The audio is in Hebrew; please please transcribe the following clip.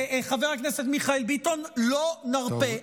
חבר הכנסת מיכאל ביטון, לא נרפה.